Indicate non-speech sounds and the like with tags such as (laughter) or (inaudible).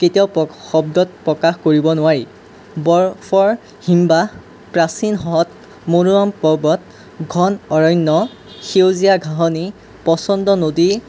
কেতিয়াও শব্দত প্ৰকাশ কৰিব নোৱাৰি বৰফৰ হিমবাহ প্ৰাচীন (unintelligible) মনোৰম পৰ্বত ঘন অৰণ্য সেউজীয়া ঘাঁহনি (unintelligible) নদী